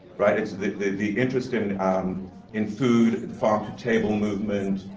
right? it's the the interest in um in food, the farm-to-table movement,